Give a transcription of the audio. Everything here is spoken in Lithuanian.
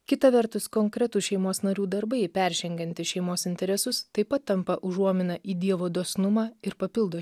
kita vertus konkretus šeimos narių darbai peržengiantys šeimos interesus taip pat tampa užuomina į dievo dosnumą ir papildo